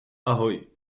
ahoj